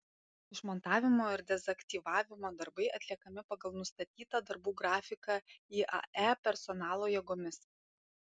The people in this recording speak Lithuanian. išmontavimo ir dezaktyvavimo darbai atliekami pagal nustatytą darbų grafiką iae personalo jėgomis